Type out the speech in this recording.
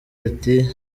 ati